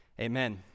Amen